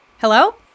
Hello